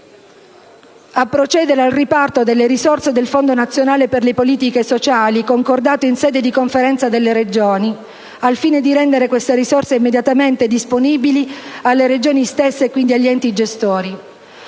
di procedere al riparto delle risorse del Fondo nazionale per le politiche sociali concordato in sede di Conferenza delle Regioni, al fine di rendere queste risorse immediatamente disponibili alle Regioni stesse e, quindi, agli enti gestori;